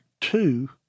Two